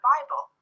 Bible